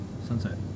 sunset